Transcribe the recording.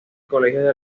colegio